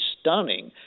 stunning